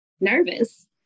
nervous